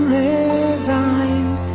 resigned